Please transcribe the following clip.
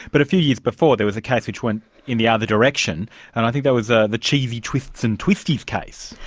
but a few years before that was a case which went in the ah other direction and i think that was ah the cheesy twists and twisties case.